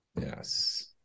Yes